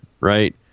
right